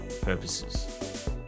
purposes